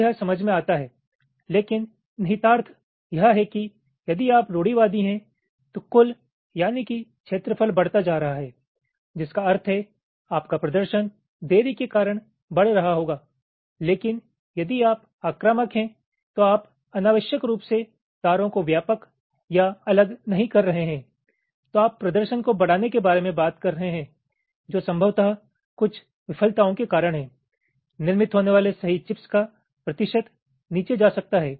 तो यह समझ मे आता है लेकिन निहितार्थ यह है कि यदि आप रूढ़िवादी हैं तो कुल यानि कि क्षेत्रफल बढ़ता जा रहा है जिसका अर्थ है आपका प्रदर्शन देरी के कारण बढ़ रहा होगा लेकिन यदि आप आक्रामक हैं तो आप अनावश्यक रूप से तारो को व्यापक या अलग नहीं कर रहे हैं तो आप प्रदर्शन को बढ़ाने के बारे में बात कर रहे हैं जो संभवतः कुछ विफलताओं के कारण है निर्मित होने वाले सही चिप्स का प्रतिशत नीचे जा सकता हैं